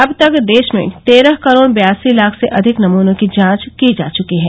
अब तक देश में तेरह करोड बयासी लाख से अधिक नमूनों की जांच की जा चुकी है